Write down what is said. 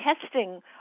testing